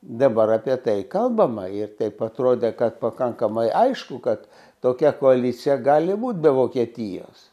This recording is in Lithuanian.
dabar apie tai kalbama ir taip atrodė kad pakankamai aišku kad tokia koalicija gali būt be vokietijos